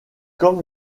comme